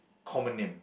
common name